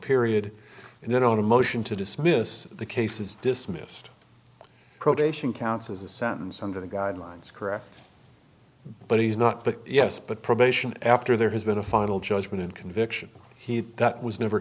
period and then on a motion to dismiss the case is dismissed probation counts as a sentence under the guidelines correct but he's not but yes but probation after there has been a final judgment and conviction he that was never